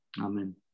Amen